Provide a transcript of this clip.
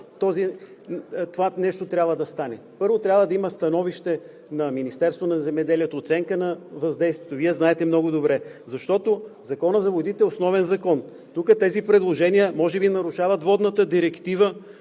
това нещо трябва да стане. Първо трябва да има становище на Министерството на земеделието, храните и горите, оценка на въздействието – Вие знаете много добре, защото Законът за водите е основен закон. Тук тези предложения може би нарушават водната директива.